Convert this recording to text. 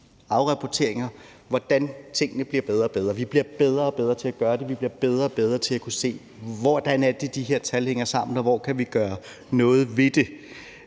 afrapporteringer, hvordan tingene bliver bedre og bedre. Vi bliver bedre og bedre til at gøre det, og vi bliver bedre og bedre til at kunne se, hvordan de her tal hænger sammen, og hvor vi kan gøre noget ved det.